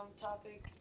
topic